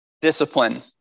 discipline